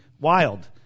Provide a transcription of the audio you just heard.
wild